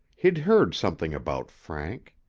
he'd heard something about frank.